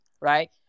right